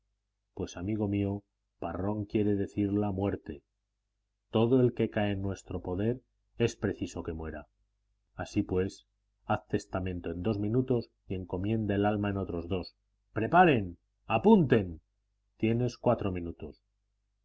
pues amigo mío parrón quiere decir la muerte todo el que cae en nuestro poder es preciso que muera así pues haz testamento en dos minutos y encomienda el alma en otros dos preparen apunten tienes cuatro minutos